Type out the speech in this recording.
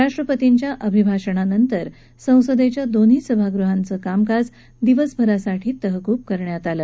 राष्ट्रपतींच्या अभिभाषणानंतर संसदेच्या दोन्ही सभागृहाचं कामकाज दिवसभरासाठी तहकूब करण्यात आलं